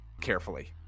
carefully